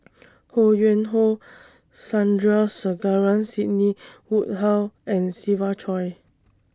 Ho Yuen Hoe Sandrasegaran Sidney Woodhull and Siva Choy